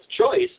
choice